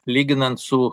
lyginant su